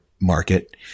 market